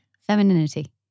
Femininity